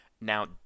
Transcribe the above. Now